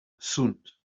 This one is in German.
sunt